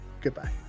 Goodbye